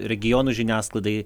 regionų žiniasklaidai